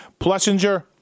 Plessinger